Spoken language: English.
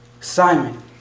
Simon